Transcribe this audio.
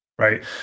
right